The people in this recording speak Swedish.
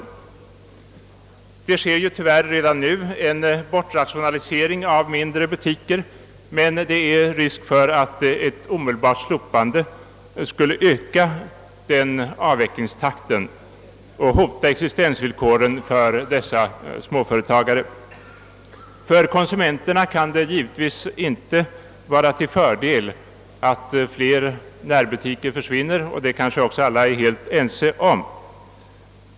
Redan nu förekommer tyvärr en bortrationalisering av mindre butiker, och det är risk för att ett omedelbart avskaffande av regleringen skulle öka denna avvecklingstakt och hota existensvillkoren för många sådana småföretag. För konsumenterna kan det givetvis inte vara till fördel att fler närbutiker försvinner, vilket kanske också alla är helt ense om.